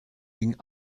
gingen